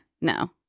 No